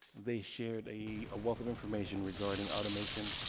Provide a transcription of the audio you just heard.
they shared a wealth of information regarding automation,